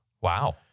Wow